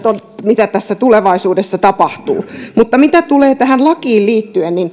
mitä tulevaisuudessa tapahtuu mutta mitä tulee tähän lakiin liittyen niin